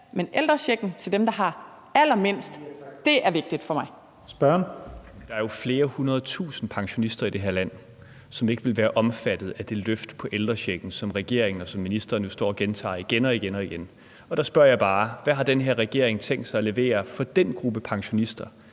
(Leif Lahn Jensen): Spørgeren. Kl. 14:53 Peter Kofod (DF): Der er jo flere hundrede tusind pensionister i det her land, som ikke vil være omfattet af det løft på ældrechecken, som regeringen og nu ministeren står og gentager igen og igen. Der spørger jeg bare: Hvad har den her regering tænkt sig at levere for den gruppe pensionister,